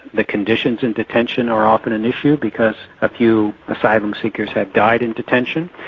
the conditions in detention are often an issue because a few asylum seekers have died in detention,